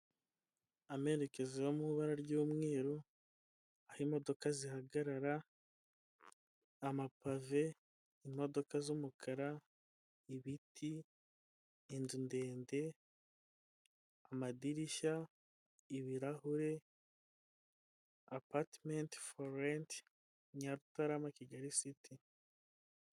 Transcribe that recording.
Amerekezo ari mu ibara ry'umweru, aho imodoka zihagarara, amapave imodoka z'umukara, ibiti, inzu ndende, amadirishya, ibirahure, apatimenti foru renti Nyarutarama Kigali city.